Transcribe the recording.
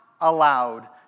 allowed